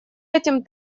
этим